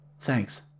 Thanks